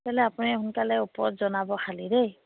তেতিয়াহ'লে আপুনি সোনকালে ওপৰত জনাব খালী দেই